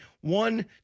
one